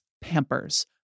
Pampers